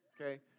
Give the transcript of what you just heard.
okay